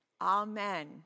Amen